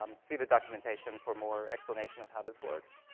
um see the documentation for more explanation of how this works.